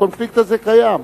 הקונפליקט הזה קיים.